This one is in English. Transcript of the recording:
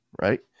Right